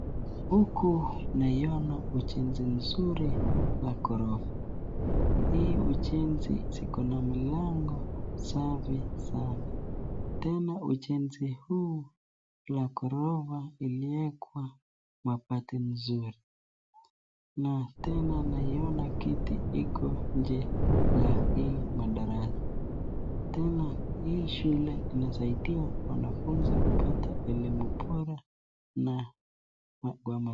Huku naiona ujenzi mzuri wa ghorofa. Hii ujenzi iko na milango safi sana. Tena ujenzi huu wa gorofa uliekwa mabati nzuri, na tena naona kiti iko nje la hii madarasa. Tena hii shule inasaidia wanafunzi kupata elimu bora.